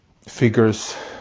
figures